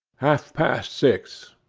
half-past six.